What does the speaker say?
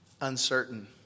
Uncertain